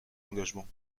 engagements